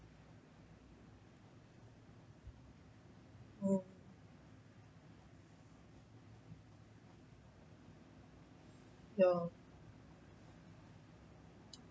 oh yeah